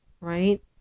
right